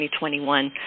2021